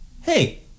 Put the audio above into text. hey